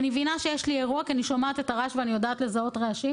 ואני מבינה שיש לי אירוע כי אני שומעת את הרעש ואני יודעת לזהות רעשים.